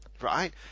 right